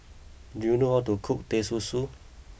do you know how to cook Teh Susu